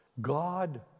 God